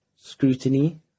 scrutiny